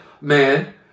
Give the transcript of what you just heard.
man